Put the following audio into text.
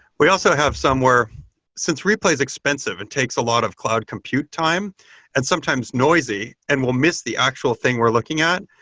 we also have somewhere since replay is expensive. it and takes a lot of cloud compute time and sometimes noisy and we'll miss the actual thing we're looking at,